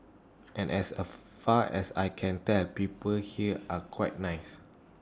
and as A far as I can tell people here are quite nice